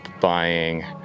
buying